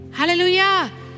Hallelujah